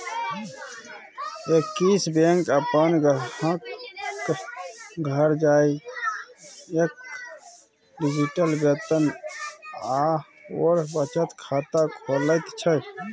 axis bank अपन ग्राहकक घर जाकए डिजिटल वेतन आओर बचत खाता खोलैत छै